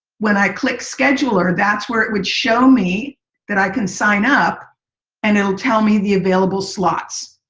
when i click scheduler that's where it was show me that i can sign up and it will tell me the available slots.